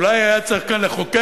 אולי היה צריך כאן לחוקק